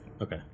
Okay